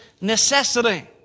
necessity